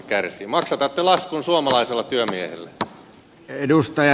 maksatatte laskun suomalaisella työmiehellä